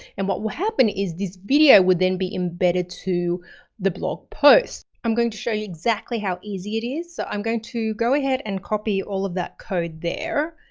and what will happen is this video would then be embedded to the blog post. i'm going to show you exactly how easy it is, so i'm going to go ahead and copy all of that code there.